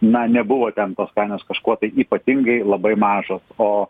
na nebuvo ten tos kainos kažkuo tai ypatingai labai mažos o